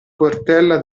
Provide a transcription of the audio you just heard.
portella